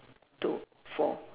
two four